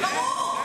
ברור.